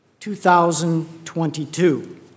2022